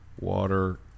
water